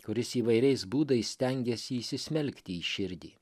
kuris įvairiais būdais stengiasi įsismelkti į širdį